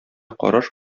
караш